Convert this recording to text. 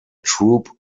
troop